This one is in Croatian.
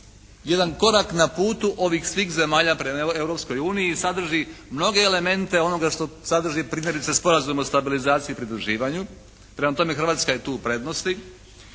jedan korak na putu ovih svih zemalja prema Europskoj uniji i sadrži mnoge elemente onoga što sadrži primjerice Sporazum o stabilizaciji i pridruživanju. Prema tome, Hrvatska je tu u prednosti